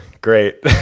great